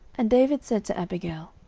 and david said to abigail,